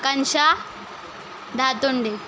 Akanksha Dahatonde